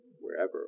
wherever